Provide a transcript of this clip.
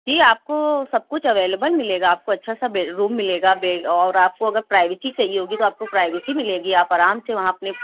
جی آپ کو سب کچھ اویلیبل ملے گا آپ کو اچھا سا روم ملے گا بیڈ اور آپ کو اگر پرائیویسی چاہیے ہوگی تو آپ کو پرائیویسی ملے گی آپ آرام سے وہاں اپنے